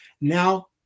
now